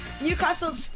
Newcastle